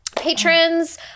patrons